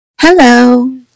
Hello